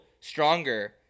stronger